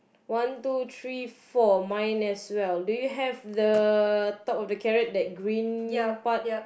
one two three four mine as well do you have the top of the carrot that green part